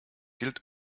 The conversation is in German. gilt